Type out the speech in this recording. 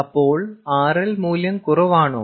അപ്പോൾ RL മൂല്യം കുറവാണോ